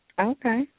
Okay